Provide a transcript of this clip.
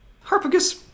Harpagus